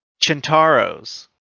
Chintaro's